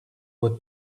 were